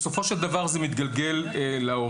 בסופו של דבר זה מתגלגל להורים.